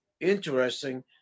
interesting